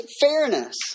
fairness